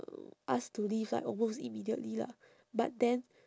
asked to leave like almost immediately lah but then